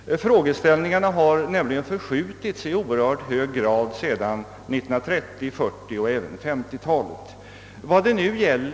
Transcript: Frågeställningarna har nämligen förskjutits i oerhört hög grad sedan 1930-, 1940 och även 1950-talet.